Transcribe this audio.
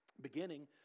Beginning